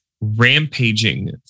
rampaging